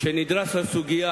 שנדרש לסוגיה